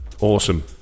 Awesome